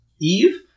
Eve